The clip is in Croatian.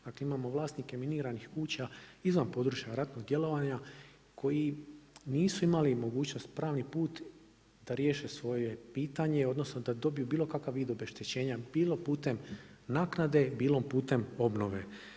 Dakle imamo vlasnike miniranih kuća izvan područja ratnog djelovanja koji nisu imali mogućnost, pravni put da riješe svoje pitanje, odnosno da dobiju bilo kakav vid obeštećenja, bilo putem naknade, bilo putem obnove.